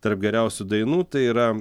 tarp geriausių dainų tai yra